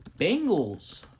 Bengals